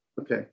Okay